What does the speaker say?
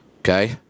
Okay